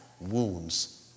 wounds